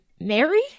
Mary